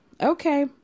Okay